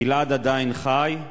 "גלעד עדיין חי",